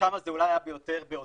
אז שם זה אולי יותר בעוצמה.